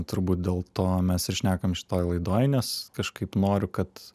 turbūt dėl to mes ir šnekam šitoj laidoj nes kažkaip noriu kad